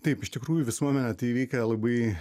taip iš tikrųjų visuomet įvykę labai